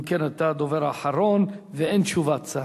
אם כן, אתה הדובר האחרון ואין תשובת שר.